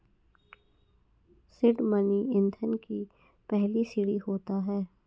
seed money ईंधन की पहली सीढ़ी होता है